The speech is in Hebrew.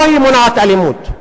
לא היא מונעת אלימות.